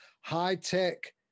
high-tech